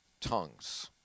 tongues